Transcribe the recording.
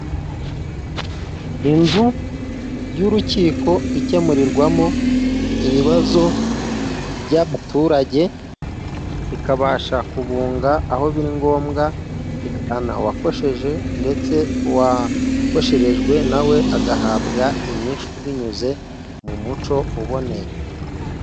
Inzu y'urukiko ikemurirwamo ibibazo by'abaturage, ikabasha kubunga aho biri ngombwa, igahana uwakosheje ndetse uwakosherejwe na we agahabwa inyishu binyuze mu muco uboneye.